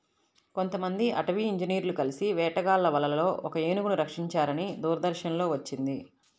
కొంతమంది అటవీ ఇంజినీర్లు కలిసి వేటగాళ్ళ వలలో ఒక ఏనుగును రక్షించారని దూరదర్శన్ లో వచ్చింది